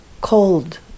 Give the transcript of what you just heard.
cold